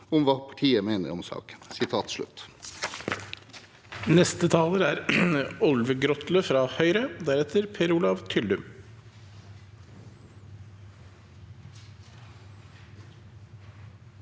om hva partiet mener om saken.»